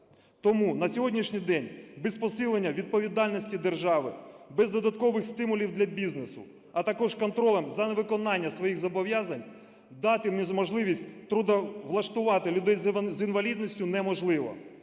Тому на сьогоднішній день без посилення відповідальності держави, без додаткових стимулів для бізнесу, а також контролю за невиконанням своїх зобов'язань дати можливість трудовлаштувати людей з інвалідністю неможливо.